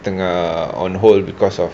tengah on hold because of